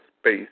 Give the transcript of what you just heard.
space